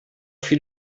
viel